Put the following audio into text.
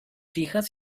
hijas